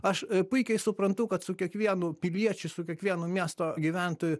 aš puikiai suprantu kad su kiekvienu piliečiu su kiekvienu miesto gyventoju